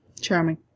Charming